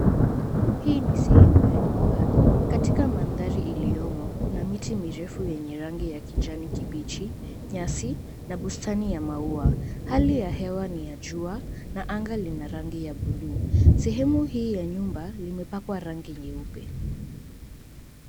Hii ni sehemu ya nyumba. Katika mandhari iliyomo, kuna miti mirefu yenye rangi ya kijani kibichi, nyasi, na bustani ya maua. Hali ya hewa ni ya jua, na anga lina rangi ya buluu. Sehemu hii ya nyumba limepakwa rangi nyeupe.